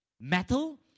metal